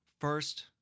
First